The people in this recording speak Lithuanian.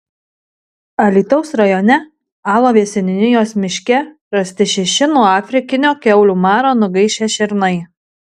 alytaus rajone alovės seniūnijos miške rasti šeši nuo afrikinio kiaulių maro nugaišę šernai